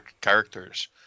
characters